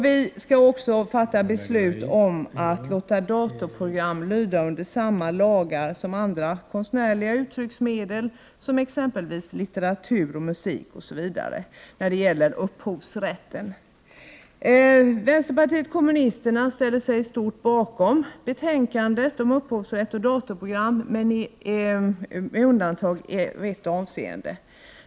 Vi skall fatta beslut om att låta datorprogram lyda under samma lagar när det gäller upphovsrätten som andra konstnärliga uttrycksmedel, t.ex. litteratur och musik. Vänsterpartiet kommunisterna ställer sig i stort sett bakom betänkandet om upphovsrätt och datorprogram med undantag i ett avseende.